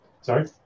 Sorry